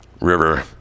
river